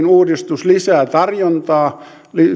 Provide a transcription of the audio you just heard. uudistus lisää tarjontaa